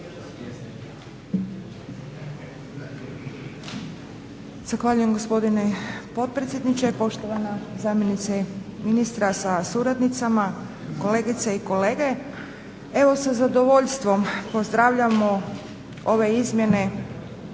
Zahvaljujem gospodine potpredsjedniče, poštovana zamjenice ministra sa suradnicama, kolegice i kolege. Evo sa zadovoljstvom pozdravljamo ove izmjene